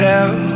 Tell